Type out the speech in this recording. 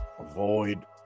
avoid